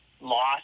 lost